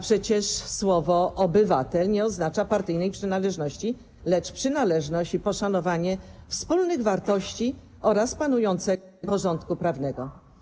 Przecież słowo „obywatel” nie oznacza partyjnej przynależności, lecz przynależność i poszanowanie wspólnych wartości oraz panującego porządku prawnego.